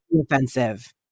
offensive